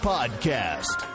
Podcast